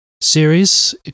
series